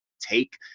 take